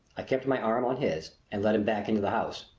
i kept my arm on his and led him back into the house.